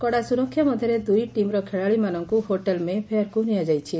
କଡ଼ା ସୁରକ୍ଷା ମଧ୍ଘରେ ଦୁଇ ଟିମ୍ର ଖେଳାଳିମାନଙ୍ଙୁ ହୋଟେଲ୍ ମେ ଫେୟାର୍କୁ ନିଆଯାଇଛି